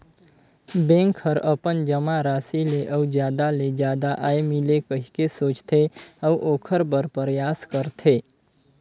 bank हर अपन जमा राशि ले अउ जादा ले जादा आय मिले कहिके सोचथे, अऊ ओखर बर परयास करथे